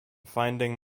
finding